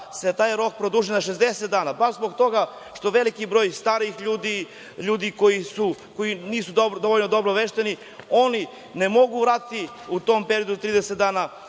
se taj rok produži na 60 dana, baš zbog toga što veliki broj starijih ljudi, ljudi koji nisu dovoljno dobro obavešteni, oni ne mogu vratiti u tom periodu od 30 dana